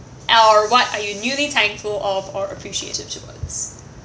or what are you newly thankful of or appreciative towards